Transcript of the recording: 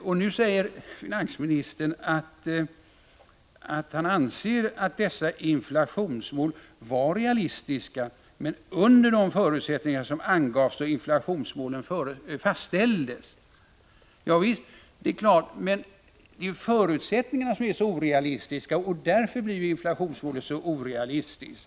Nu säger finansministern att han anser att dessa inflationsmål var realistiska, men under de förutsättningar som angavs då inflationsmålen fastställdes. Ja visst, det är klart! Men det är ju förutsättningarna som är orealistiska, och därför blir inflationsmålet också orealistiskt.